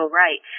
right